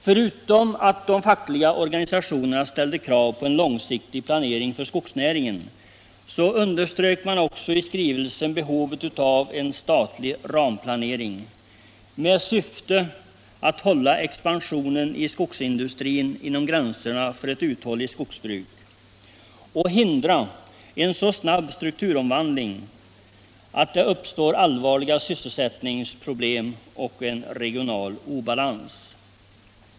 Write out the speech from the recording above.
Förutom att de fackliga organisationerna ställde krav på en långsiktig planering för skogsnäringen, så underströk man också i'skrivelsen behovet av en statlig ramplanering med syfte att hålla expansionen i skogsindustrin inom gränserna för ett uthålligt skogsbruk och hindra en så snabb strukturomvandling att det skulle uppstå allvarliga sysselsättningsproblem och regional obalans.